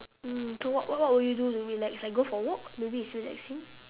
mm so what what would you do to relax like go for a walk maybe it's relaxing